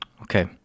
Okay